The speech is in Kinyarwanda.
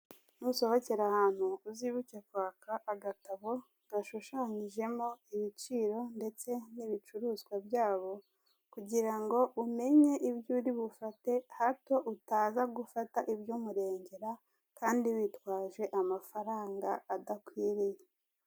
Nusohokera ahantu uzibuke kwaka agatabo gashushanyijemo ibiciro ndetse n'ibicuruzwa byabo kugira ngo umenye ibyo uri bufate, hato utaza gufata iby'umurengera kandi witwaje amafaranga adakwiriye.